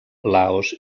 laos